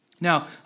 Now